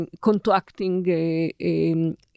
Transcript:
contracting